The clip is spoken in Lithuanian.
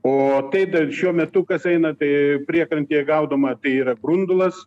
o tai dar šiuo metu kas eina tai priekrantėje gaudoma tai yra grundulas